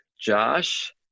josh